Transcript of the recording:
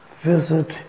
Visit